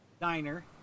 diner